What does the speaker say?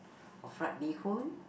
or fried bee-hoon